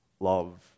love